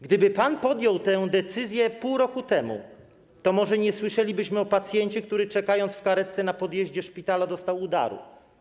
Gdyby pan podjął tę decyzję pół roku temu, to może nie słyszelibyśmy o pacjencie, który czekając w karetce na podjeździe szpitala, dostał udaru.